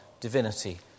divinity